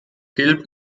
gelb